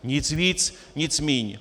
Nic víc, nic míň.